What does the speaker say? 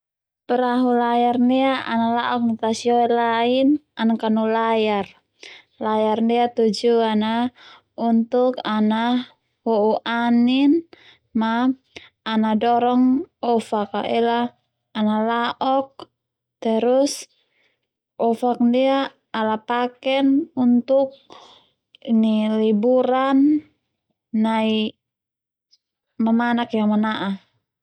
Perahu layar ndia ana la'ok nai tasioe lain ana Kanu layar, layar ndia tujuan a untuk ana ho'u Anin ma Na dorong ofak a ela ana la'ok terus ofak ndia ala paken untuk ini liburan nai mamanak yang mana'a.